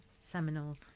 seminal